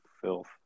filth